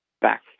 back